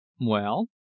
Well